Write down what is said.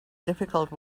difficult